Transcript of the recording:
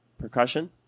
percussion